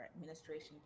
administration